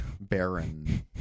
barren